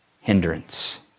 hindrance